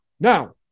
Now